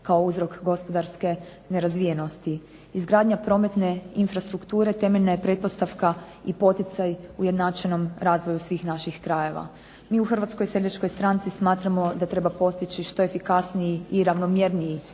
kao uzrok gospodarske nerazvijenosti. Izgradnja prometne infrastrukture temeljna je pretpostavka i poticaj ujednačenom razvoju svih naših krajeva. Mi u Hrvatskoj seljačkoj stranci smatramo da treba postići što efikasniji i ravnomjerniji